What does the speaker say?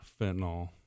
fentanyl